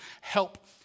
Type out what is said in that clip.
help